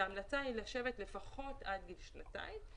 ההמלצה היא לשבת לפחות עד גיל שנתיים,